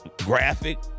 graphic